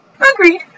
Hungry